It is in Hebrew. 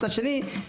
מצד שני,